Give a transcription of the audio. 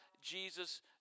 Jesus